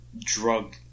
drug